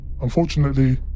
unfortunately